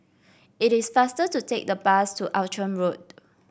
it is faster to take the bus to Outram Road